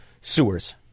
sewers